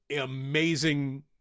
amazing